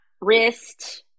wrist